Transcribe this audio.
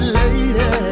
lady